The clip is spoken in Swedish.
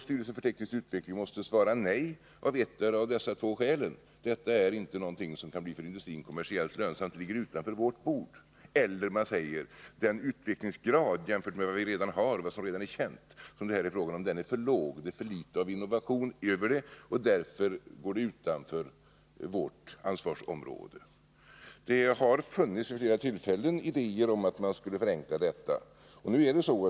Styrelsen för teknisk utveckling måste kanske då svara nej av ettdera av dessa båda skäl. Antingen säger man: Detta är inte någonting som är för industrin kommersiellt lönsamt, det är alltså inte ”vårt bord”. Eller också säger man: Den utvecklingsgrad, jämförd med vad vi redan har eller som redan är känd och som det här är frågan om, är för låg, och det är för litet avinnovation över förslaget, och därför ligger det utanför vårt ansvarsområde. Det har vid flera tillfällen funnits idéer om att man skulle förenkla detta.